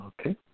Okay